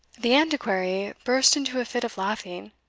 the antiquary burst into a fit of laughing.